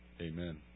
Amen